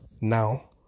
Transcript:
now